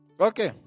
okay